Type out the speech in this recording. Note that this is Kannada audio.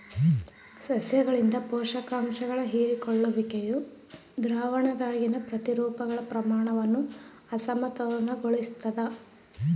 ಸಸ್ಯಗಳಿಂದ ಪೋಷಕಾಂಶಗಳ ಹೀರಿಕೊಳ್ಳುವಿಕೆಯು ದ್ರಾವಣದಾಗಿನ ಪ್ರತಿರೂಪಗಳ ಪ್ರಮಾಣವನ್ನು ಅಸಮತೋಲನಗೊಳಿಸ್ತದ